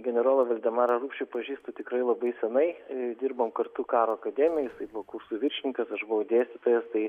generolą valdemarą rupšį pažįstu tikrai labai senai dirbom kartu karo akademijoj jisai buvo kurso viršininkas aš buvau dėstytojas tai